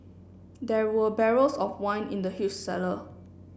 there were barrels of wine in the huge cellar